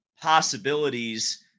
possibilities